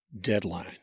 deadline